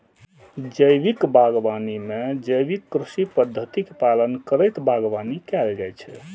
जैविक बागवानी मे जैविक कृषि पद्धतिक पालन करैत बागवानी कैल जाइ छै